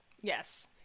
Yes